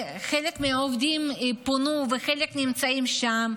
וחלק מהעובדים פונו וחלק נמצאים שם.